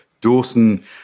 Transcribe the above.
Dawson